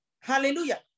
Hallelujah